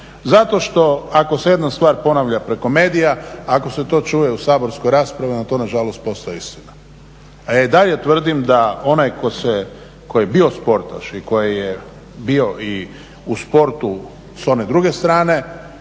Zato što ako se jedna stvar ponavlja preko medija, ako se to čuje u saborskoj raspravi, onda to nažalost postaje istina, a ja i dalje tvrdim da onaj tko se, koji je bio sportaš i koji je bio i u sportu s one druge strane,